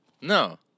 No